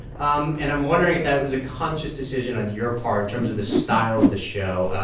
um and i'm wondering if that was a conscious decision on your part, in terms of the style of the show,